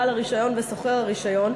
בעל הרישיון ושוכר הרישיון,